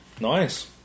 Nice